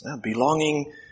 Belonging